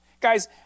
guys